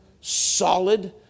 solid